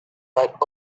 but